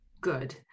good